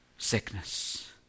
sickness